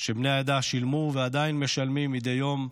שבני העדה שילמו ועדיין משלמים מדי יום,